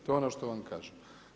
To je ono što vam kažem.